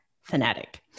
fanatic